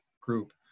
group